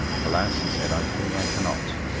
alas, he said, i fear i cannot.